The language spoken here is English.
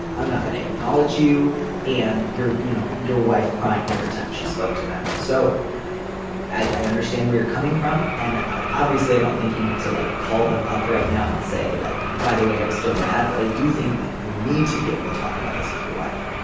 i'm not going to acknowledge you and your you know your wife crying every time she spoke to them. so i understand where you're coming from. and obviously i don't think you need to like call them up right now and say like by the way i'm still mad. but i do think that you need to be able to talk about this with your wife.